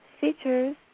features